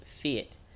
fit